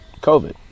COVID